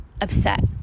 upset